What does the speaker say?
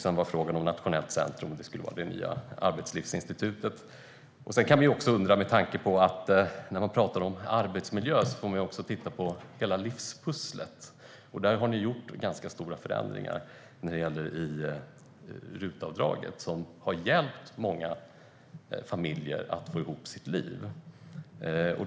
Sedan frågade jag om nationellt centrum, om det skulle vara det nya arbetslivsinstitutet. Med tanke på arbetsmiljö bör man också titta på hela livspusslet. Där har ni gjort ganska stora förändringar i RUT-avdraget. RUT-avdraget har ju hjälpt många familjer att få ihop sina liv.